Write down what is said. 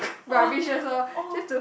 oh oh